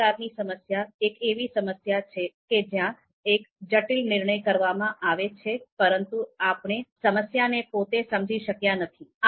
આ પ્રકારની સમસ્યા એક એવી સમસ્યા છે કે જ્યાં એક જટિલ નિર્ણય કરવામાં આવે છે પરંતુ આપણે સમસ્યા ને પોતે સમજી શક્યા નથી